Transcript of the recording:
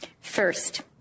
First